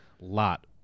lot